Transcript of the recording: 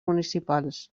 municipals